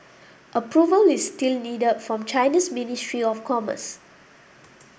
approval is still needed from China's ministry of commerce